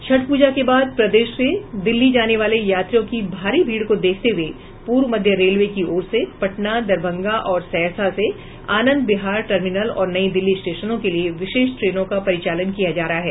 छठ पूजा के बाद प्रदेश से दिल्ली जाने वाले यात्रियों की भारी भीड़ को देखते हुये पूर्व मध्य रेलवे की ओर से पटना दरभंगा और सहरसा से आनंद विहार टर्मिनल और नई दिल्ली स्टेशनों के लिये विशेष ट्रेनों का परिचालन किया जा रहा है